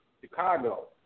Chicago